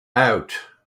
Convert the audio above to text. out